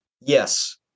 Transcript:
Yes